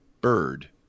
bird